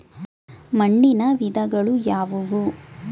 ಮಣ್ಣಿನ ವಿಧಗಳು ಯಾವುವು?